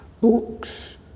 books